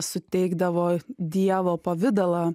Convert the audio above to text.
suteikdavo dievo pavidalą